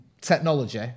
technology